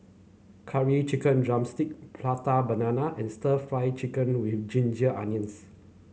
Curry Chicken drumstick Prata Banana and stir Fry Chicken with Ginger Onions